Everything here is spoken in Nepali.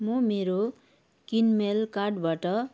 म मेरो किनमेल कार्टबाट